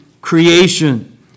creation